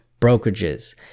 brokerages